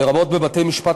לרבות בבתי-המשפט,